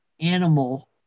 animal